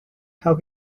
how